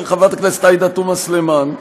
של חברת הכנסת עאידה תומא סלימאן,